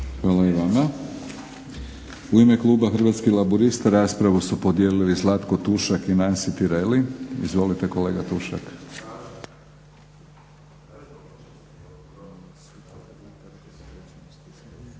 Hvala i vama. U ime kluba Hrvatskih laburista raspravu su podijelili Zlatko Tušak i Nansi Tireli. Izvolite kolega Tušak.